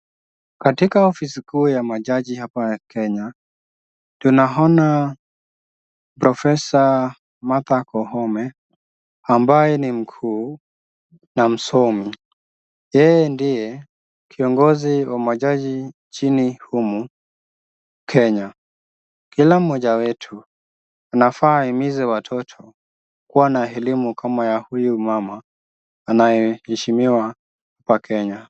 Katika ofisi kuu ya majaji hapa Kenya, tunaona Professor Martha Koome, ambaye ni mkuu na msomi. Yeye ndiye kiongozi wa majaji nchini humu Kenya. Kila mmoja wetu anafaa ahimize watoto kuwa na elimu kama ya huyu mama anayeheshimiwa hapa Kenya.